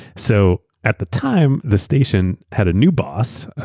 so at the time, the station had a new boss,